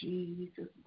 Jesus